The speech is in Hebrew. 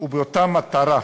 ועם אותה מטרה,